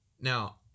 Now